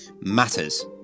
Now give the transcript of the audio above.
matters